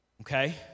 Okay